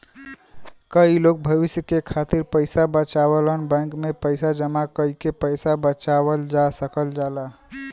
कई लोग भविष्य के खातिर पइसा बचावलन बैंक में पैसा जमा कइके पैसा बचावल जा सकल जाला